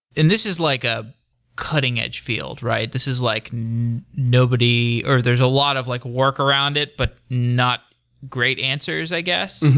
and this is like ah cutting edge field, right? this is like nobody there's a lot of like work around it, but not great answers, i guess,